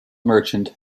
merchant